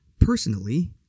Personally